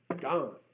Gone